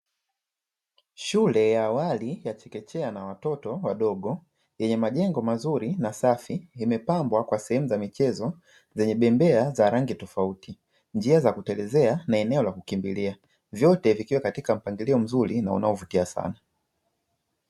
Shule ya awali ya chekechea na watoto wadogo, yenye majengo mazuri na safi imepangwa kwa sehemu za michezo zenye bembea za rangi tofauti, njia za kutelezea na eneo la kukimbilia, vyote vikiwa katika mpangilio mzuri na unaovutia sana.